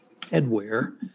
headwear